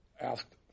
asked